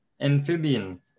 Amphibian